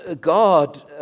God